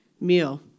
meal